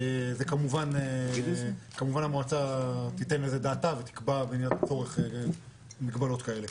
זה כמובן המועצה תיתן את דעתה ותקבעה במידת הצורך מגבלות כאלה.